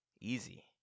Easy